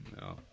No